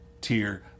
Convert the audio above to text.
tier